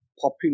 popular